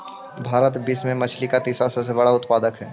भारत विश्व में मछली के तीसरा सबसे बड़ा उत्पादक हई